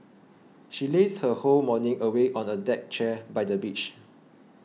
she lazed her whole morning away on a deck chair by the beach